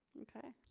okay.